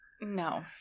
No